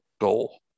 goal